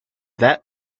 that